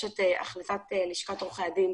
יש את החלטת לשכת עורכי הדין,